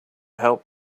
helped